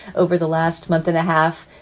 over the last month and a half,